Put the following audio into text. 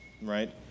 right